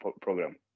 program